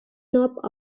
knob